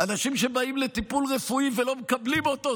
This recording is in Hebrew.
אנשים שבאים לטיפול רפואי ולא מקבלים אותו,